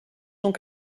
sont